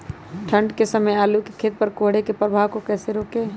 ठंढ के समय आलू के खेत पर कोहरे के प्रभाव को कैसे रोके?